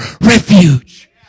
refuge